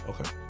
Okay